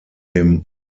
dem